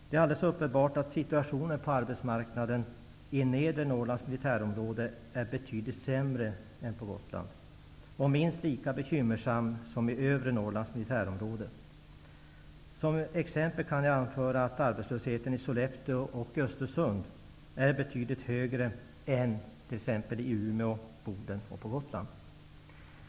Det är alldeles uppenbart att situationen på arbetsmarknaden i Nedre Norrlands militärområde är betydligt sämre än på Gotland, och den är minst lika bekymmersam som i Övre Norrlands militärområde. Som exempel kan jag anföra att arbetslösheten i Sollefteå och Östersund är betydligt högre än i Umeå, Boden och på Gotland.